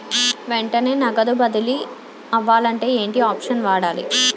వెంటనే నగదు బదిలీ అవ్వాలంటే ఏంటి ఆప్షన్ వాడాలి?